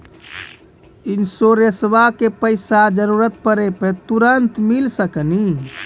इंश्योरेंसबा के पैसा जरूरत पड़े पे तुरंत मिल सकनी?